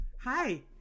hi